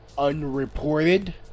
unreported